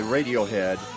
Radiohead